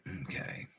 Okay